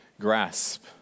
grasp